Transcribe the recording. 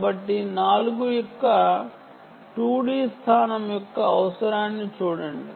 కాబట్టి నోడ్ 4 యొక్క 2D స్థానం గురించి చూద్దాం